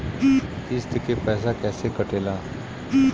किस्त के पैसा कैसे कटेला?